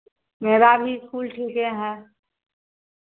मेरा भी इस्कूल ठीके है